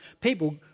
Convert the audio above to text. people